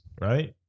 right